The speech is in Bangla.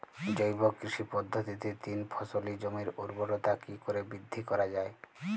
জৈব কৃষি পদ্ধতিতে তিন ফসলী জমির ঊর্বরতা কি করে বৃদ্ধি করা য়ায়?